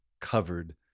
covered